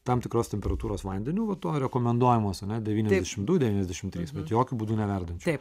tam tikros temperatūros vandeniu vanduo rekomenduojamas ane devyniasdešimt du devyniasdešimt trys bet jokiu būdu ne verdančiu